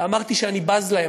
ואמרתי שאני בז להם.